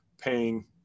paying